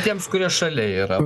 tiems kurie šalia yra